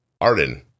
Arden